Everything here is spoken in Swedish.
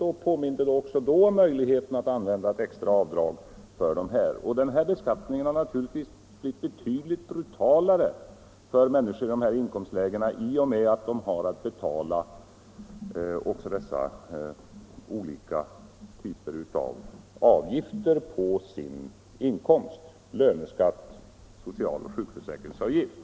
Jag påminde då också om möjligheten att använda ett extra avdrag för dessa. Den här beskattningen har naturligtvis blivit betydligt brutalare för människor i de här inkomstlägena i och med att de har att betala också dessa olika typer av avgifter på sin inkomst: löneskatt, social och sjukförsäkringsavgift.